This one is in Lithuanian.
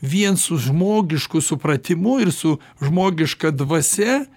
vien su žmogišku supratimu ir su žmogiška dvasia